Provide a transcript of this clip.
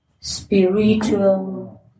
spiritual